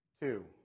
two